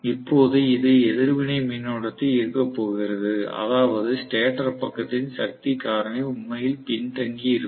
இப்போது இது எதிர்வினை மின்னோட்டத்தை ஈர்க்கப் போகிறது அதாவது ஸ்டேட்டர் பக்கத்தின் சக்தி காரணி உண்மையில் பின்தங்கியிருக்கும்